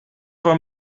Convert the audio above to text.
for